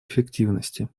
эффективности